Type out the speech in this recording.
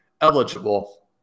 eligible